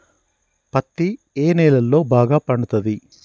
పత్తి ఏ నేలల్లో బాగా పండుతది?